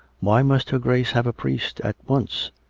why must her grace have a priest at once?